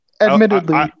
admittedly